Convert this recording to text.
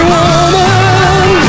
Woman